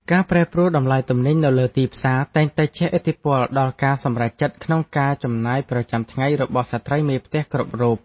ការប្រែប្រួលតម្លៃទំនិញនៅលើទីផ្សារតែងតែជះឥទ្ធិពលដល់ការសម្រេចចិត្តក្នុងការចំណាយប្រចាំថ្ងៃរបស់ស្ត្រីមេផ្ទះគ្រប់រូប។